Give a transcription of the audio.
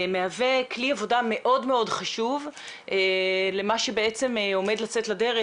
מהווה כלי עבודה מאוד מאוד חשוב למה שבעצם עומד לצאת לדרך.